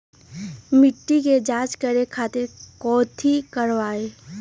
मिट्टी के जाँच करे खातिर कैथी करवाई?